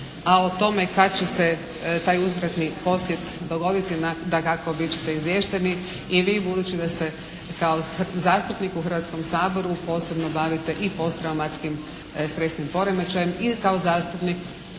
A o tome kad će se taj uzvratni posjet dogoditi dakako bit ćete izvješteni i vi budući da se kao zastupniku u Hrvatskom saboru posebno bavite i posttraumatskim stresnim poremećajem i kao zastupnik